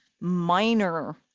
minor